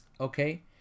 okay